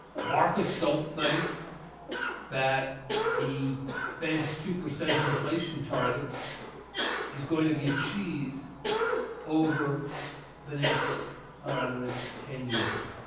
markets don't think that the fed's two percent inflation target is going to be achieved over the next ah ten years.